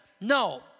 No